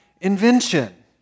invention